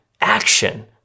action